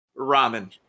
Ramen